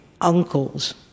uncle's